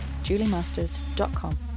juliemasters.com